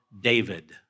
David